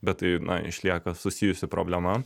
bet tai na išlieka susijusi problema